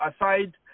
aside